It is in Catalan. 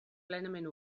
plenament